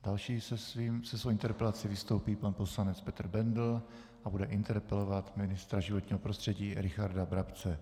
Další se svou interpelací vystoupí pan poslanec Petr Bendl a bude interpelovat ministra životního prostředí Richarda Brabce.